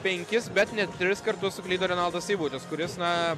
penkis bet net tris kartus suklydo renaldas seibutis kuris na